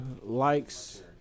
likes